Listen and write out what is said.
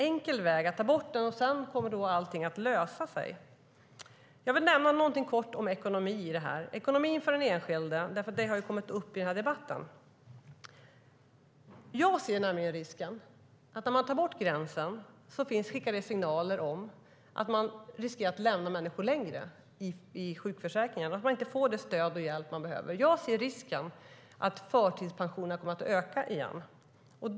Är det bara att ta bort den för att allting ska lösa sig? Jag vill säga något om ekonomin eftersom ekonomin för den enskilde har kommit upp i debatten. Jag ser nämligen risken att man lämnar människor längre i sjukförsäkringen och att de inte får det stöd och den hjälp de behöver när man tar bort gränsen. Jag ser risken att förtidspensionerna ökar igen.